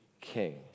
king